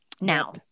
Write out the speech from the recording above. now